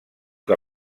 que